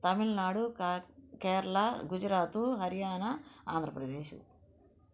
తమిళనాడు క కేరళ గుజరాతు హర్యానా ఆంధ్రప్రదేశ్